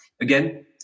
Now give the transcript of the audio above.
Again